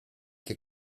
che